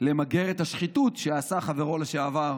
למגר את השחיתות שעשה חברו לשעבר